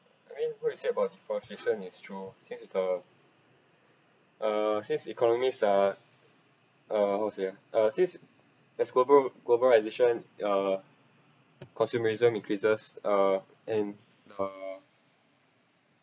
I mean who is said about default system is true since the uh since economists are uh how to say ah since the global globalisation uh consumerism increases uh and uh